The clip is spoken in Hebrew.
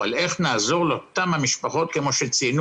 אבל איך נעזור לאותן המשפחות כפי שציינו